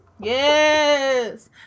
Yes